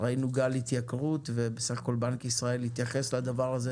ראינו גל התייקרות ובסך הכל בנק ישראל התייחס לדבר הזה